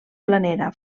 planera